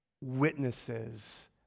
witnesses